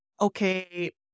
okay